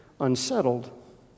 unsettled